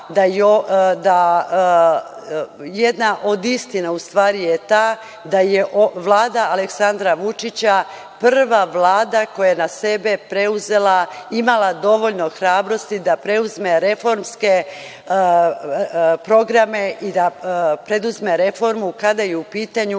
Jedna od istina je ta da je Vlada Aleksandra Vučića prva Vlada koja je na sebe preuzela, imala dovoljno hrabrosti da preuzme reformske programe i da preduzme reformu kada je u pitanju